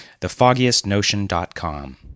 thefoggiestnotion.com